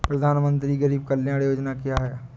प्रधानमंत्री गरीब कल्याण योजना क्या है?